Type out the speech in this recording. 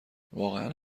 واقعا